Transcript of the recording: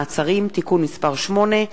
מעצרים) (תיקון מס' 8),